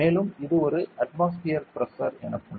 மேலும் இது 1 atmospheric pressure எனப்படும்